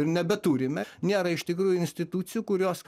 nebeturime nes iš tikrųjų institucijų kurios